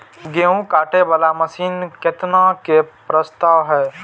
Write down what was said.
गेहूँ काटे वाला मशीन केतना के प्रस्ताव हय?